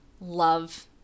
love